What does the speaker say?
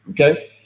okay